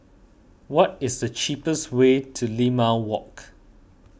what is the cheapest way to Limau Walk